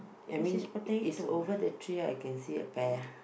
I mean it's over the tree I can see a bear